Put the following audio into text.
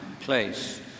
place